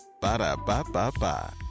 Ba-da-ba-ba-ba